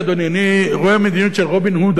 אני רואה מדיניות של רובין הוד הפוך: